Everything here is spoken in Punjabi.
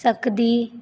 ਸਕਦੀ